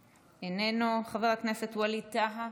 איננו, חבר הכנסת ווליד טאהא,